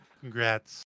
Congrats